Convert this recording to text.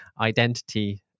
identity